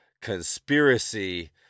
conspiracy